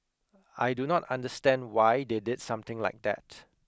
I do not understand why they did something like that